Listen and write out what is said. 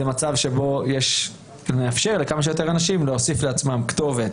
מצב שבו נאפשר לכמה שיותר אנשים להוסיף לעצמם כתובת.